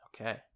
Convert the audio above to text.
Okay